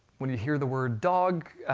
when you hear the word dog,